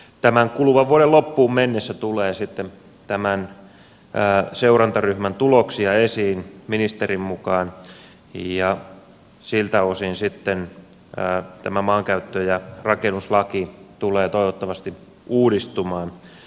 tämän kuluvan vuoden loppuun mennessä tulee sitten tämän seurantaryhmän tuloksia esiin ministerin mukaan ja siltä osin sitten tämä maankäyttö ja rakennuslaki tulee toivottavasti uudistumaan